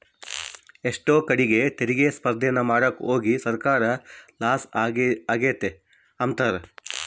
ಎಷ್ಟೋ ಕಡೀಗ್ ತೆರಿಗೆ ಸ್ಪರ್ದೇನ ಮಾಡಾಕೋಗಿ ಸರ್ಕಾರ ಲಾಸ ಆಗೆತೆ ಅಂಬ್ತಾರ